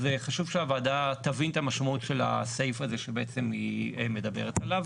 אז חשוב שהוועדה תבין את המשמעות של הסעיף הזה שבעצם היא מדברת עליו,